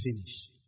finish